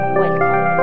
welcome